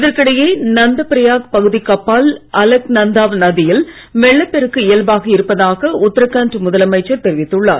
இதற்கிடையே நந்தபிரயாக் பகுதிக்கு அப்பால் அலக்நந்தா நதியில் வெள்ளப் பெருக்கு இயல்பாகி இருப்பதாக உத்தராகண்ட் முதலமைச்சர் தெரிவித்துள்ளார்